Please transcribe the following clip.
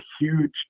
huge